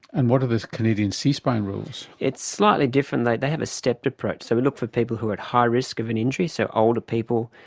and what are the canadian c-spine rules? it's slightly different, like they have a stepped approach. so we look for people who are at high risk of an injury, so older people,